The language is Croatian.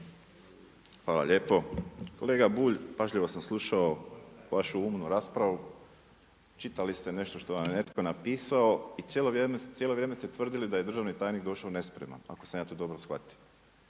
Hvala lijepo. Kolega Bulj pažljivo sam slušao vašu umnu raspravu. Čitali ste nešto što vam je netko napisao i cijelo vrijeme ste tvrdili da je državni tajnik došao nespreman, ako sam ja to dobro shvatio.